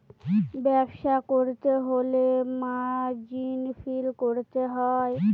ব্যবসা করতে হলে মার্জিন ফিল করতে হয়